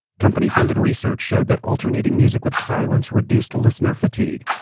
company-funded research showed that alternating music with silence reduced listener fatigue.